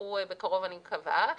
יפתחו בקרוב, אני מקווה,